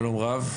שלום רב,